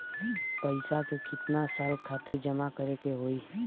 पैसा के कितना साल खातिर जमा करे के होइ?